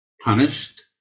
Punished